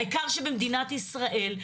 העיקר שבמדינת ישראל,